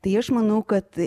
tai aš manau kad